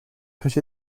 put